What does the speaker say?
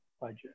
budget